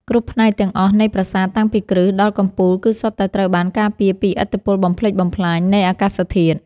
គ្រប់ផ្នែកទាំងអស់នៃប្រាសាទតាំងពីគ្រឹះដល់កំពូលគឺសុទ្ធតែត្រូវបានការពារពីឥទ្ធិពលបំផ្លិចបំផ្លាញនៃអាកាសធាតុ។